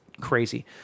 crazy